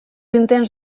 intents